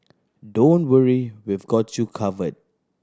don't worry we've got you covered